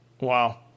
wow